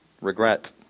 regret